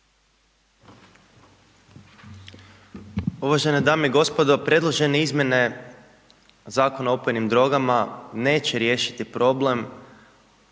Uvažene dame i gospodo, predložene izmjene Zakona o opojnim drogama, neće riješiti problem